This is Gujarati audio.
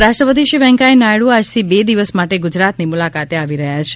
ઉપરાષ્ટ્રપતિ શ્રી વેંકય્યા નાયડુ આજથી બે દિવસ માટે ગુજરાતની મુલાકાતે આવી રહ્યા છે